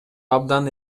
абдан